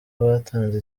abatanze